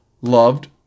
loved